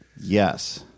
Yes